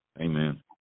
Amen